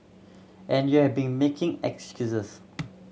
and you have been making excuses